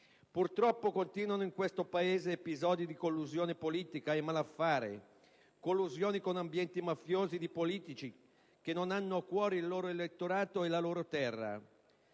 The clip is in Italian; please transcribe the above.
Purtroppo continuano in questo Paese episodi di collusione politica e di malaffare, di collusione con ambienti mafiosi di politici che non hanno a cuore il loro elettorato e la loro terra.